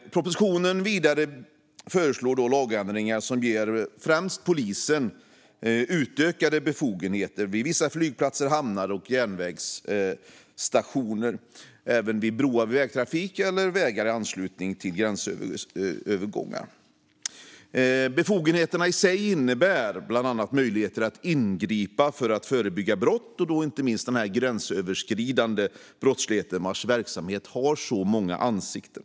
I propositionen föreslås lagändringar som ger främst polisen utökade befogenheter vid vissa flygplatser, hamnar och järnvägsstationer och även vid broar för vägtrafik och vid vägar i anslutning till gränsövergångar. Befogenheterna i sig innebär bland annat möjligheter att ingripa för att förebygga brott. Det gäller inte minst den gränsöverskridande brottsligheten, vars verksamhet har många ansikten.